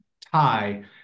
tie